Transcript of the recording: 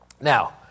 Now